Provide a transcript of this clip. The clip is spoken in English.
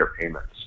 payments